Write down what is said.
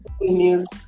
news